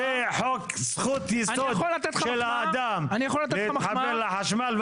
זה חוק זכות יסוד של האדם להתחבר לחשמל.